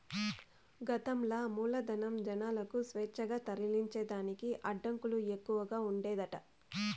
గతంల మూలధనం, జనాలకు స్వేచ్ఛగా తరలించేదానికి అడ్డంకులు ఎక్కవగా ఉండేదట